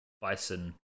bison